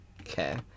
Okay